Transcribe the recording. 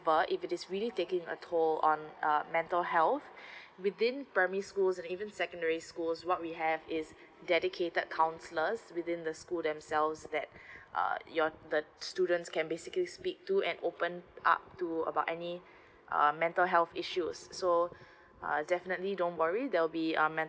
if it is really taking a toll on uh mental health within the primary schools or even secondary schools what we have is dedicated counselors within the school themselves that uh your the students can basically speak to and open up to about any um mental health issues so err definitely don't worry there will be a mental